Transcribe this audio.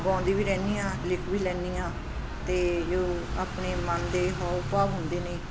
ਗਾਉਂਦੀ ਵੀ ਰਹਿੰਦੀ ਹਾਂ ਲਿਖ ਵੀ ਲੈਂਦੀ ਹਾਂ ਅਤੇ ਜੋ ਆਪਣੇ ਮਨ ਦੇ ਹਾਵ ਭਾਵ ਹੁੰਦੇ ਨੇ